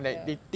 ya